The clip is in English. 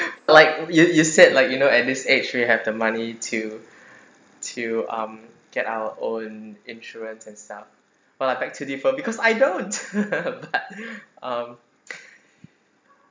like you you said like you know at this age we have the money to to um get our own insurance and stuff but I beg to differ because I don't but um